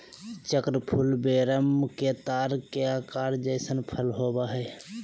चक्र फूल वेरम के तार के आकार जइसन फल होबैय हइ